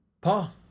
Paul